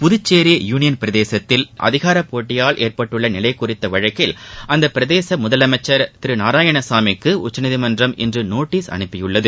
Puducherry union பிரதேசத்தில் அதினரப் போட்டியால் ஏற்பட்டுள்ள நிலை குறித்த வழக்கில் அப்பிரதேச முதலமைச்சர் திரு நாராயணசாமிக்கு உச்சநீதிமன்றம் இன்று நோட்டீஸ் அனுப்பியுள்ளது